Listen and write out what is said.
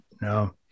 No